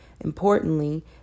importantly